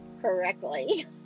correctly